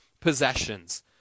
possessions